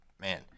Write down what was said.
man